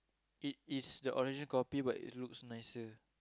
it is the original copy but it looks nicer